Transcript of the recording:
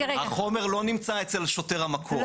החומר לא נמצא אצל שוטר המקוף,